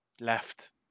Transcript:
left